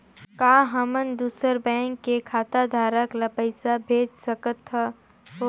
का हमन दूसर बैंक के खाताधरक ल पइसा भेज सकथ हों?